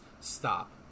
Stop